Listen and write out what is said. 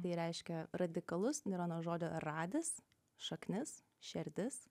tai reiškia radikalus yra nuo žodžio radis radįs šaknis šerdis